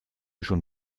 schon